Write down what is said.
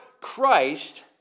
Christ